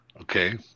okay